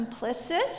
complicit